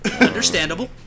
Understandable